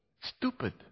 Stupid